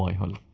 hundred